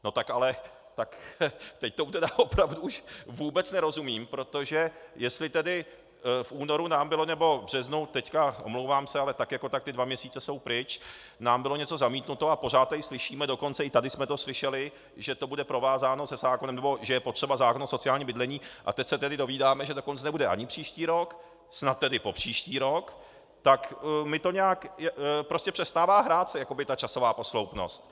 No tak teď tomu opravdu už vůbec nerozumím, protože jestli tedy v únoru nám bylo, nebo v březnu, teď se omlouvám, ale tak jako tak ty dva měsíce jsou pryč, nám bylo něco zamítnuto a pořád tady slyšíme, a dokonce i tady jsme to slyšeli, že to bude provázáno se zákonem, nebo že je potřeba zákon o sociálním bydlení, a teď se tedy dovídáme, že dokonce nebude ani příští rok, snad tedy popříští rok, tak mi to nějak prostě přestává hrát, jakoby ta časová posloupnost.